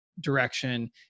direction